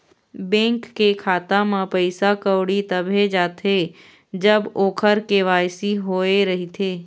bank के खाता म पइसा कउड़ी तभे जाथे जब ओखर के.वाई.सी होए रहिथे